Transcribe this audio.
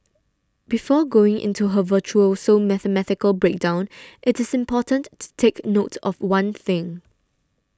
before going into her virtuoso mathematical breakdown it is important to take note of one thing